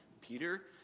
Peter